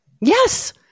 Yes